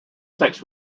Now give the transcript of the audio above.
sex